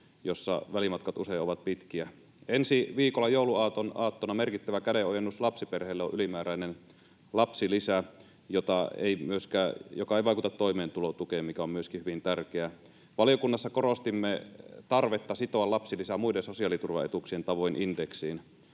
jossa välimatkat usein ovat pitkiä. Ensi viikolla jouluaaton aattona merkittävä kädenojennus lapsiperheille on ylimääräinen lapsilisä, joka ei vaikuta toimeentulotukeen, mikä on myöskin hyvin tärkeää. Valiokunnassa korostimme tarvetta sitoa lapsilisä muiden sosiaaliturvaetuuksien tavoin indeksiin.